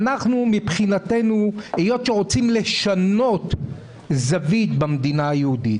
מבחינתנו כאן רוצים לשנות זווית במדינה היהודית